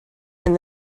and